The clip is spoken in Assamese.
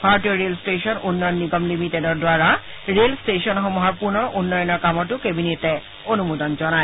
ভাৰতীয় ৰেল ষ্টেচন উন্নয়ন নিগম লিমিটেডৰ দ্বাৰা ৰেল ষ্টেচনসমূহৰ পুনৰ উন্নয়নৰ কামতো কেবিনেটে অনুমোদন জনায়